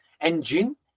Engine